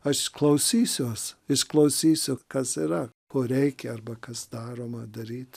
aš klausysiuos išklausysiu kas yra ko reikia arba kas daroma daryti